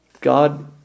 God